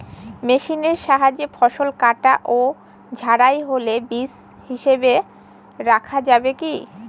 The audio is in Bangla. মেশিনের সাহায্যে ফসল কাটা ও ঝাড়াই হলে বীজ হিসাবে রাখা যাবে কি?